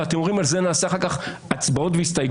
ואתם אומרים שעל זה נעשה אחר כך הצבעות והסתייגויות?